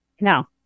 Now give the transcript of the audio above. No